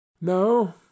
No